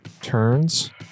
turns